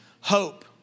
hope